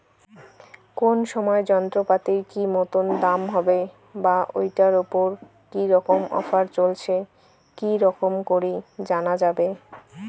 কোন সময় যন্ত্রপাতির কি মতন দাম হবে বা ঐটার উপর কি রকম অফার চলছে কি রকম করি জানা যাবে?